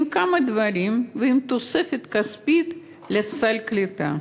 עם כמה דברים ועם תוספת כספית לסל קליטה.